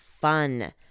fun